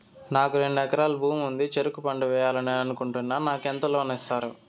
నాకు రెండు ఎకరాల భూమి ఉంది, చెరుకు పంట వేయాలని అనుకుంటున్నా, నాకు ఎంత లోను ఇస్తారు?